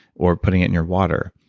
or putting it in your water,